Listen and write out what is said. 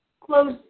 close